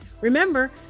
Remember